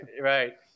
right